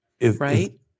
right